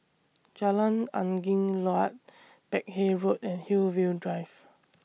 Jalan Angin Laut Peck Hay Road and Hillview Drive